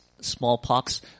smallpox